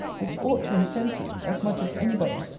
which ought to incense you, as much as any body,